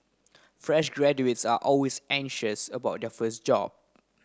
fresh graduates are always anxious about their first job